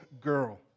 girl